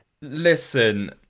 Listen